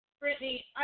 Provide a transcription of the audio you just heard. Brittany